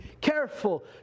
careful